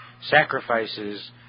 sacrifices